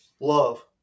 love